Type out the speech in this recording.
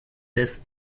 this